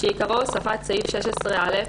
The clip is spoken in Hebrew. שעיקרו הוספת סעיף 16א,